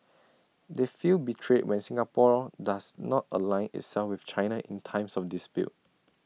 they feel betrayed when Singapore does not align itself with China in times of dispute